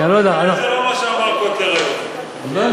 בכל מקרה, כי אני לא יודע, זה לא מה, לא יודע.